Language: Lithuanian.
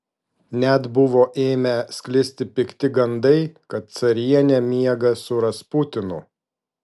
net buvo ėmę sklisti pikti gandai kad carienė miega su rasputinu